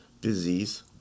disease